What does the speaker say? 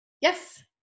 Yes